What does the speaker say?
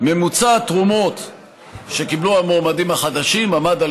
ממוצע התרומות שקיבלו המועמדים החדשים עמד,